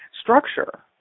structure